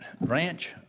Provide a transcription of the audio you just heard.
ranch